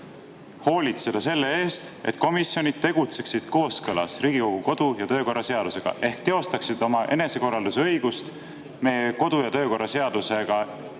hoolitseda selle eest, et komisjonid tegutseksid kooskõlas Riigikogu kodu‑ ja töökorra seadusega ehk teostaksid oma enesekorralduse õigust meie kodu‑ ja töökorra seadusega